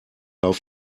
auf